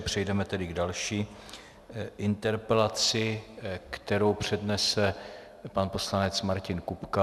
Přejdeme tedy k další interpelaci, kterou přednese pan poslanec Martin Kupka.